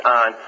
on